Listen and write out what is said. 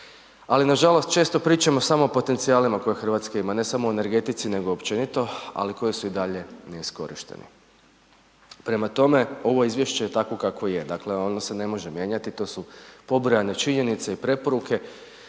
ali nažalost često pričamo samo o potencijalima koje Hrvatska ima, ne samo o energetici nego općeniti nego općenito ali koji su i dalje neiskorišteni. Prema tome, ovo izvješće je takvo kakvo je. dakle ono se ne može mijenjati, to su pobrojane činjenice i preporuke,